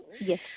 Yes